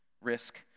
risk